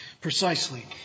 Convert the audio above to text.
Precisely